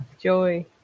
joy